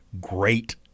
great